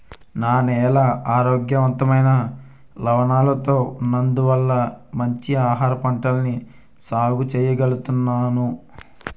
నా నేల ఆరోగ్యవంతమైన లవణాలతో ఉన్నందువల్ల మంచి ఆహారపంటల్ని సాగు చెయ్యగలుగుతున్నాను